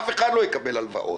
אף אחד לא יקבל הלוואות.